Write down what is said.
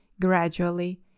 Gradually